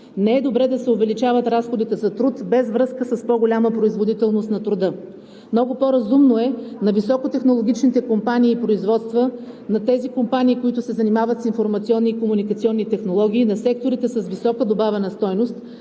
не е добре да се увеличават разходите за труд, без връзка с по-голяма производителност на труда. Много по-разумно е на високотехнологичните компании и производства, на тези компании, които се занимават с информационни и комуникационни технологии, на секторите с висока добавена стойност